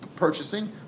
Purchasing